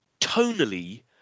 tonally